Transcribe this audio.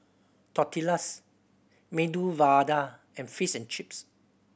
Tortillas Medu Vada and Fish and Chips